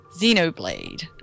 Xenoblade